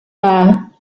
there